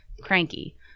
cranky